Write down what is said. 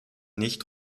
nicht